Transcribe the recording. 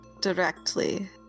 directly